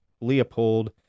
Leopold